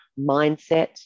mindset